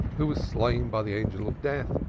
who was slain by the angel of death,